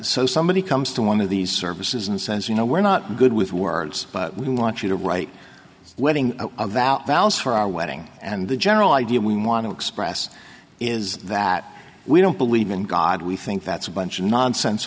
so somebody comes to one of these services and says you know we're not good with words but we want you to write wedding vows for our wedding and the general idea we want to express is that we don't believe in god we think that's a bunch of nonsense